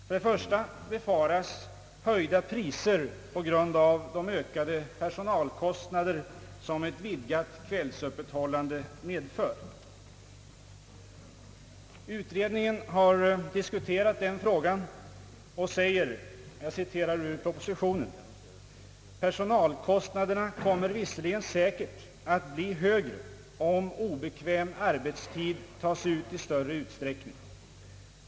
För det första befaras höjda priser på grund av de ökade personalkostnader som ett vidgat kvällsöppethållande medför. Utredningen har diskuterat denna fråga och säger: »Personalkostnaderna kommer visserligen säkert att bli högre om obekväm arbetstid tas ut i större utsträckning.